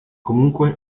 comunque